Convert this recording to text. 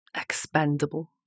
expendable